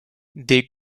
des